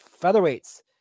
Featherweights